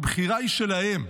הבחירה היא שלהם,